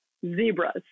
zebras